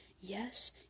Yes